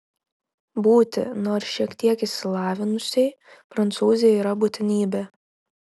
būti nors šiek tiek išsilavinusiai prancūzei yra būtinybė